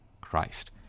Christ